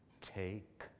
take